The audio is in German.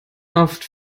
oft